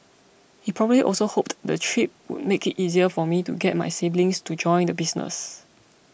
he probably also hoped the trip would make it easier for me to get my siblings to join the business